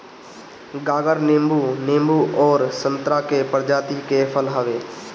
गागर नींबू, नींबू अउरी संतरा के प्रजाति के फल हवे